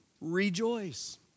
rejoice